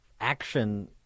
action